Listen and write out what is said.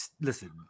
Listen